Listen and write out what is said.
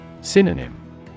Synonym